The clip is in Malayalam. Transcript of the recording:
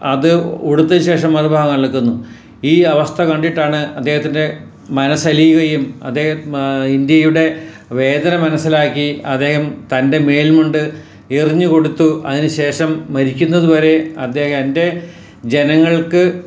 അത് ഉടുത്ത ശേഷം മറുഭാഗം അലയ്ക്കുന്നു ഈ അവസ്ഥ കണ്ടിട്ടാണ് അദ്ദേഹത്തിന്റെ മനസ്സലിയുകയും അദ്ദേഹം ഇന്ത്യയുടെ വേദന മനസ്സിലാക്കി അദ്ദേഹം തന്റെ മേല് മുണ്ട് എറിഞ്ഞുകൊടുത്തു അതിനുശേഷം മരിക്കുന്നതുവരെ അദ്ദേഹം എന്റെ ജനങ്ങള്ക്ക്